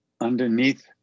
underneath